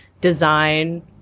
design